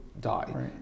die